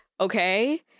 okay